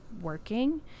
working